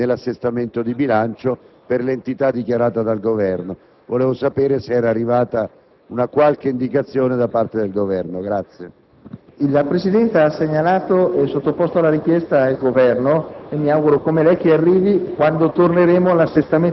La questione riguarda l'extragettito che non risulta inserito nell'assestamento di bilancio per l'entità dichiarata dal Governo. Vorrei sapere se è arrivata qualche indicazione da parte del Governo.